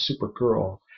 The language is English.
Supergirl